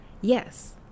Yes